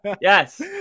Yes